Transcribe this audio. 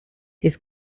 his